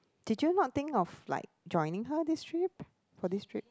did you not think of like joining her this trip for this trip